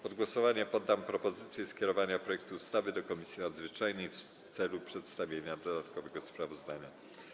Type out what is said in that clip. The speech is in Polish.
Pod głosowanie poddam propozycję skierowania projektu ustawy do Komisji Nadzwyczajnej w celu przedstawienia dodatkowego sprawozdania.